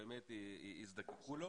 שבאמת הם יזדקקו לו.